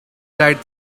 died